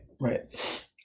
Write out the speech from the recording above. Right